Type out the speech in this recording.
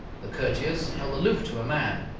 the courtiers held aloof to a man.